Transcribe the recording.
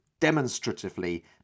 Demonstratively